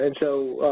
and so,